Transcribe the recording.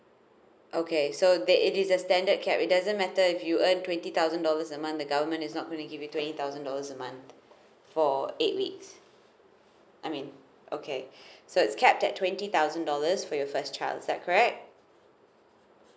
okay so the it is a standard cap it doesn't matter if you earn twenty thousand dollars a month the government is not going to give you twenty thousand dollars a month for eight weeks I mean okay so is capped at twenty thousand dollars for your first child is that correct